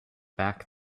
back